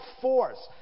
force